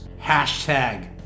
Hashtag